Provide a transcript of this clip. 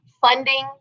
funding